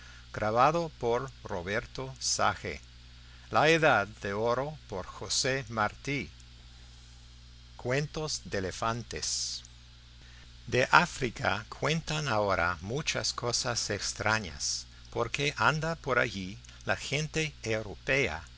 quieren cuentos de elefantes de áfrica cuentan ahora muchas cosas extrañas porque anda por allí la gente europea